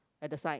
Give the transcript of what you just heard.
at the side